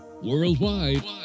worldwide